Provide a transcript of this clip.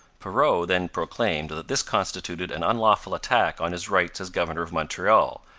perrot then proclaimed that this constituted an unlawful attack on his rights as governor of montreal,